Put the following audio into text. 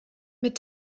mit